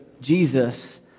Jesus